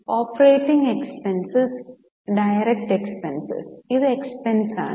operating expenses direct expenses ഇത് expense ആണ്